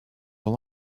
all